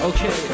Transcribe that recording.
Okay